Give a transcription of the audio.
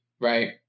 right